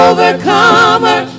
Overcomer